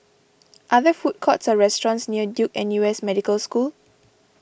are there food courts or restaurants near Duke N U S Medical School